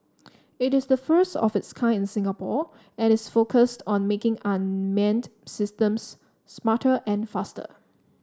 it is the first of its kind in Singapore and is focused on making unmanned systems smarter and faster